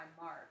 mark